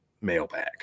mailbag